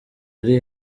uri